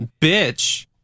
bitch